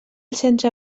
centre